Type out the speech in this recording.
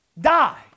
die